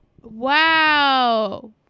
Wow